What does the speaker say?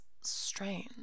strange